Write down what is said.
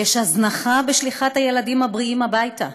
"יש הזנחה בשליחת הילדים הבריאים הביתה.